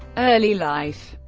early life